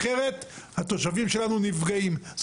אחרת התושבים שלנו נפגעים.